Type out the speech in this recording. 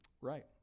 Right